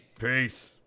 Peace